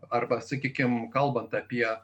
arba sakykim kalbant apie